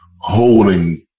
holding